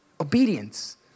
Obedience